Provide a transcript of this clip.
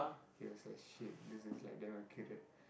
he was like shit this is like damn accurate